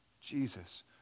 Jesus